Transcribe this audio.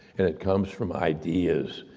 and it comes from ideas,